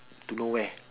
to nowhere